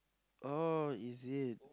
oh is it